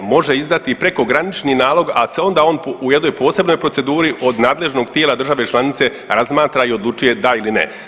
Može izdati prekogranični nalog ali se onda on u jednoj posebnoj proceduri od nadležnog tijela države članice razmatra i odlučuje da ili ne.